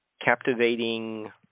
captivating